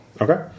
Okay